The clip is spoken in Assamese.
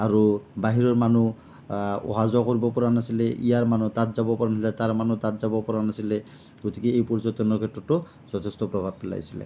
আৰু বাহিৰৰ মানুহ অহা যোৱা কৰিব পৰা নাছিলে ইয়াৰ মানুহ তাত যাব পৰা নাছিলে তাৰ মানুহ তাত যাব পৰা নাছিলে গতিকে পৰ্যটনৰ ক্ষেত্ৰতো যথেষ্ট প্ৰভাৱ পেলাইছিলে